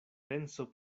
penso